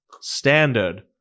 Standard